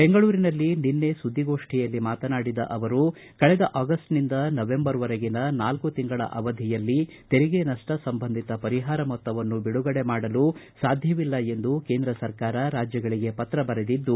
ಬೆಂಗಳೂರಿನಲ್ಲಿ ನಿನ್ನೆ ಸುದ್ದಿಗೋಷ್ಠಿಯಲ್ಲಿ ಮಾತನಾಡಿದ ಅವರು ಕಳೆದ ಅಗಸ್ಟ್ನಿಂದ ನವೆಂಬರ್ ವರೆಗಿನ ನಾಲ್ಕು ತಿಂಗಳ ಅವಧಿಯಲ್ಲಿ ತೆರಿಗೆ ನಷ್ಟ ಸಂಬಂಧಿತ ಪರಿಹಾರ ಮೊತ್ತವನ್ನು ಬಿಡುಗಡೆ ಮಾಡಲು ಸಾಧ್ಯವಿಲ್ಲ ಎಂದು ಕೇಂದ್ರ ಸರ್ಕಾರ ರಾಜ್ಯಗಳಿಗೆ ಪತ್ರ ಬರೆದಿದ್ದು